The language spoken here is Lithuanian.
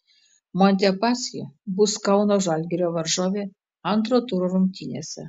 montepaschi bus kauno žalgirio varžovė antro turo rungtynėse